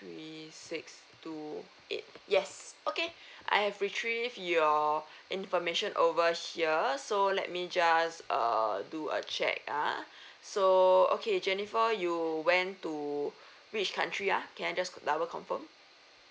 three six two eight yes okay I've retrieve your information over here so let me just err do a check ah so okay jennifer you went to which country ah can I just double confirm